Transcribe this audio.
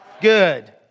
Good